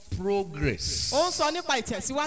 progress